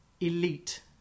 elite